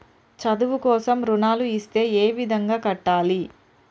చదువు కోసం రుణాలు ఇస్తే ఏ విధంగా కట్టాలి?